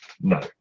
No